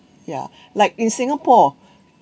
ya like in singapore